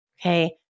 Okay